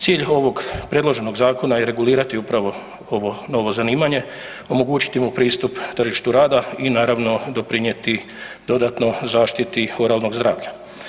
Cilj ovog predloženog zakona je regulirati upravo ovo novo zanimanje, omogućiti mu pristup tržištu rada i naravno doprinijeti dodatno zaštiti oralnog zdravlja.